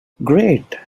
great